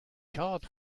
card